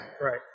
Right